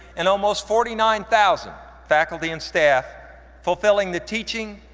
and almost forty nine thousand faculty and staff fulfilling the teaching,